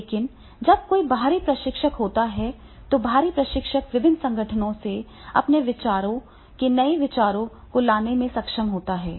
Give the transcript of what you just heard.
लेकिन जब कोई बाहरी प्रशिक्षक होता है तो बाहरी प्रशिक्षक विभिन्न संगठनों से अपने विचारों से नए विचारों को लाने में सक्षम होता है